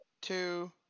two